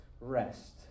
rest